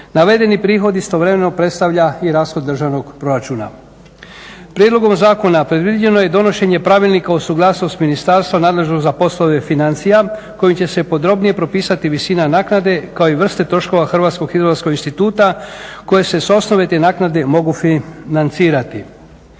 Navedeni prihod istovremeno predstavlja i rashod državnog proračuna. Prijedlogom zakona predviđeno je donošenje pravilnika o suglasnosti s ministarstvom nadležnim za poslove financija kojim će se podrobnije propisati visina naknade kao i vrste troškova Hrvatskog hidrografskog instituta koje se s osnove te naknade mogu financirati.